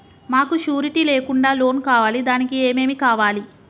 మాకు షూరిటీ లేకుండా లోన్ కావాలి దానికి ఏమేమి కావాలి?